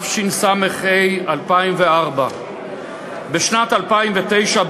התשס"ה 2004. בשנת 2009,